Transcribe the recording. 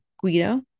Guido